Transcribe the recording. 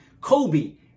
Kobe